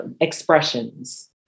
expressions